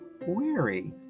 weary